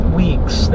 weeks